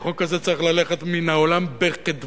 והחוק הזה צריך ללכת מן העולם בחדווה.